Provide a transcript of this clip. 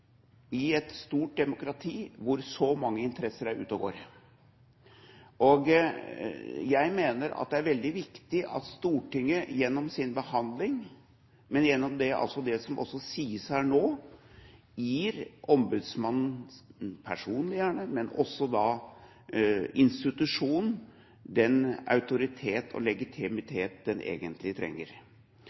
i et stort demokrati, hvor så mange interesser er ute og går. Jeg mener at det er veldig viktig at Stortinget gjennom sin behandling, men også gjennom det som sies her nå, gir ombudsmannen – gjerne personlig, men også institusjonen – den autoritet og legitimitet den egentlig trenger.